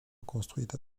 construites